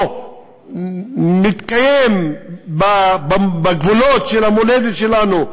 או מתקיים בגבולות של המולדת שלנו,